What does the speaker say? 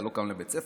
אתה לא קם לבית ספר?